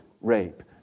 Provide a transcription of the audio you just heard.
rape